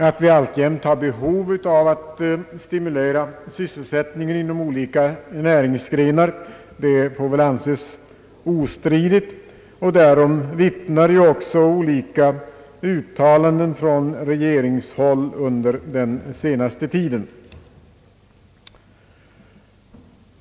Att vi alltjämt har behov av att stimulera sysselsättningen inom olika näringsgrenar får väl anses obestridligt. Därom vittnar också olika uttalanden från regeringshåll under den senaste tiden.